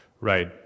Right